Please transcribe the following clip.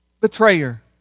betrayer